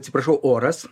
atsiprašau oras